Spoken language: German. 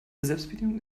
selbstbedienung